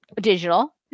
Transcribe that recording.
Digital